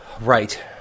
Right